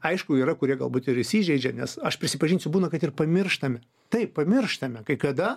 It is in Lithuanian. aišku yra kurie galbūt ir įsižeidžia nes aš prisipažinsiu būna kad ir pamirštam taip pamirštam kai kada